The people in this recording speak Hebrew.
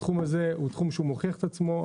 התחום הזה הוא תחום שהוא מוכיח את עצמו.